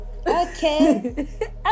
okay